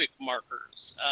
markers